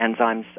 enzymes